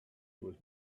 was